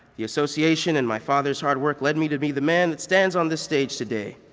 the association and my father's hard work led me to be the man that stands on this stage today.